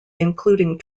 including